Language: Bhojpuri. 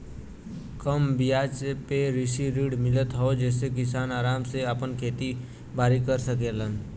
कम बियाज पे कृषि ऋण मिलत हौ जेसे किसान आराम से आपन खेती बारी कर सकेलन